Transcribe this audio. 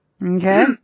Okay